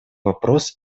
вопрос